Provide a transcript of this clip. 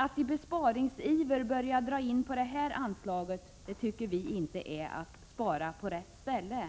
Att i besparingsiver dra in på detta anslag tycker vi inte är att spara på rätt ställe.